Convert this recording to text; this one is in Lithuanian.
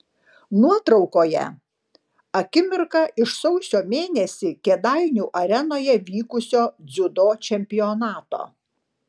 nuotraukoje akimirka iš sausio mėnesį kėdainių arenoje vykusio dziudo čempionato